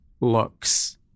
looks